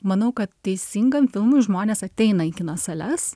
manau kad teisingam filmui žmonės ateina į kino sales